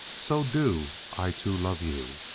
so do i too love you.